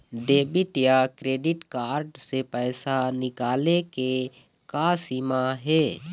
Debit या credit card से पैसा निकाले के का सीमा हे?